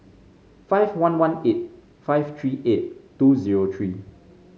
five one one eight five three eight two zero three